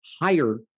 higher